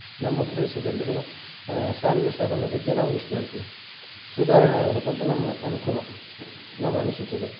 ನಮ್ಮ ಪ್ರದೇಶದಲ್ಲಿರುವ ಸಾರಿಗೆ ಸಾಧನದ ಬಗ್ಗೆ ನಾವು ಇಷ್ಟು ಹೇಳ್ತೀವಿ ಸುಧಾರಣೆಯಾಗ್ಬೇಕೆಂದ್ರೆ ನಮ್ಮ ಅನುಕೂಲ ನಮ್ಮ ಅನಿಸಿಕೆಗಳು